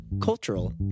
cultural